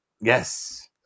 Yes